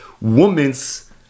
woman's